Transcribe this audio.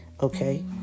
okay